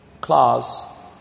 class